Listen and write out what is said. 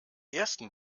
ersten